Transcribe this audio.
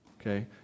Okay